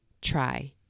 try